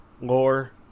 lore